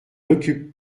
occupe